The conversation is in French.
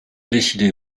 décidez